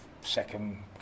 second